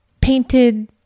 painted